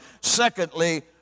secondly